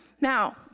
Now